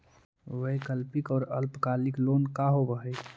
वैकल्पिक और अल्पकालिक लोन का होव हइ?